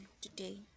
today